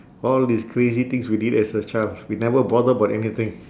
all these crazy things we did as a child we never bother about anything